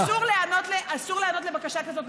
אסור להיענות לבקשה כזאת.